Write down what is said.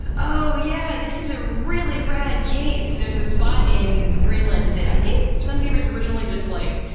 oh, yeah, this is a really rad case! there's a spot in greenland that i think somebody was originally just like,